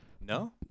No